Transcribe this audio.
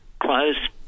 close